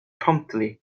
promptly